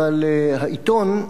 אבל העיתון,